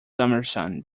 summerson